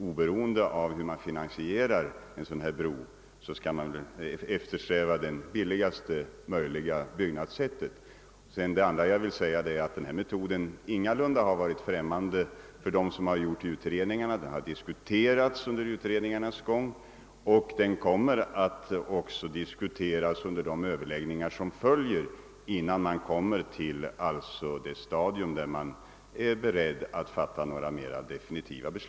Oberoende av hur bron finansieras skall man naturligtvis eftersträva det billigast möjliga byggnadssättet. Den metod som herr Krönmark talade om har ingalunda varit främmande för dem som gjort utredningarna. Den har diskuterats och kommer även att diskuteras under de överläggningar som följer innan något definitivt beslut fattas.